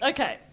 Okay